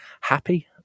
happy